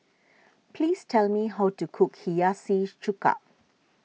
please tell me how to cook Hiyashi Chuka